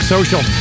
social